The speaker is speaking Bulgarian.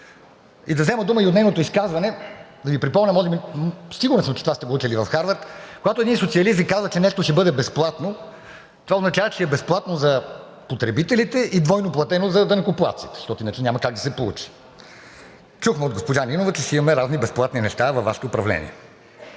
И да взема дума и от нейното изказване, да Ви припомня, сигурен съм, че това сте го учили в Харвард. Когато един социалист Ви казва, че нещо ще бъде безплатно, това означава, че е безплатно за потребителите и двойно платено за данъкоплатците, защото иначе няма как да се получи. Чухме от госпожа Нинова, че ще си имаме разни безплатни неща във Вашето управление.